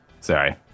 Sorry